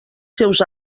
seus